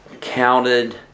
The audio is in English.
counted